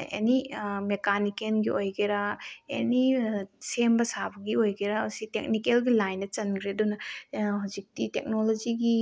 ꯑꯦꯅꯤ ꯃꯦꯀꯥꯅꯤꯛꯀꯦꯜꯒꯤ ꯑꯣꯏꯒꯦꯔꯥ ꯑꯦꯅꯤ ꯁꯦꯝꯕ ꯁꯥꯕꯒꯤ ꯑꯣꯏꯒꯦꯔꯥ ꯃꯁꯤ ꯇꯦꯛꯅꯤꯀꯦꯜꯒꯤ ꯂꯥꯏꯟꯗ ꯆꯟꯈ꯭ꯔꯦ ꯑꯗꯨꯅ ꯍꯧꯖꯤꯛꯇꯤ ꯇꯦꯛꯅꯣꯂꯣꯖꯤꯒꯤ